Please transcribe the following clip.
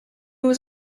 was